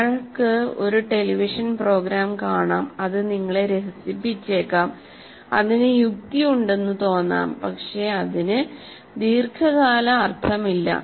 നിങ്ങൾക്ക് ഒരു television programme കാണാം അത് നിങ്ങളെ രസിപ്പിച്ചേക്കാം അതിനു യുക്തി ഉണ്ടെന്നു തോന്നാം പക്ഷേ ഇതിന് ദീർഘകാല അർത്ഥമില്ല